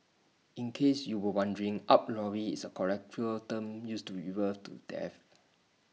in case you were wondering up lorry is A colloquial term used to refer to death